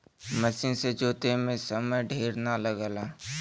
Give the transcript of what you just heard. मसीन से जोते में समय ढेर ना लगला